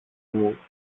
μου